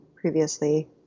previously